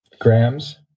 grams